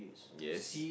yes